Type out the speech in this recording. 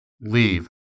leave